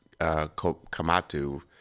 kamatu